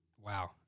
wow